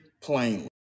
plainly